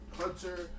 Hunter